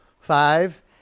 Five